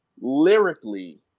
lyrically